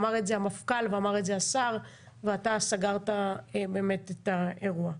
אמר את זה המפכ"ל ואמר את זה השר ואתה סגרת באמת את האירוע.